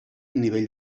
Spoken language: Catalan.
nivell